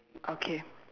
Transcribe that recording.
okay